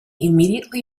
immediately